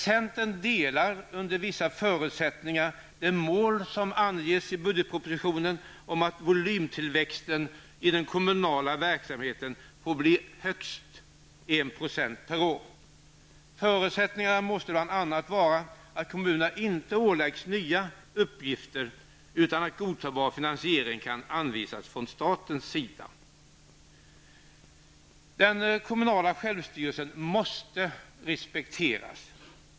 Centern delar under vissa förutsättningar det mål som anges i budgetpropositionen, att volymtillväxten i den kommunala verksamheten får bli högst 1 % per år. Förutsättningen måste bl.a. vara att kommunerna inte åläggs nya uppgifter utan att godtagbar finansiering kan anvisas från statens sida. Den kommunala självstyrelsen måste respekteras.